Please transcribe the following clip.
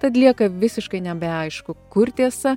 tad lieka visiškai nebeaišku kur tiesa